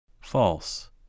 False